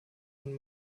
und